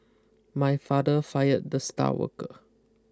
my father fired the star worker